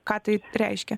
ką tai reiškia